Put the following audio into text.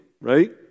right